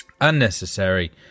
Unnecessary